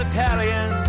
Italian